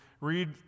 read